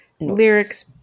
lyrics